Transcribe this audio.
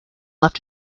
left